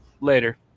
Later